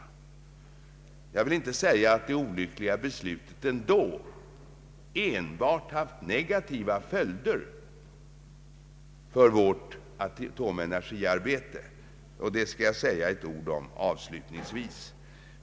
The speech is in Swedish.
Jag vill inte säga att det olyckliga beslutet ändå haft enbart negativa följder för vårt atomenergiarbete. Jag vill säga ett par ord om det avslutningsvis.